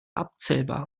abzählbar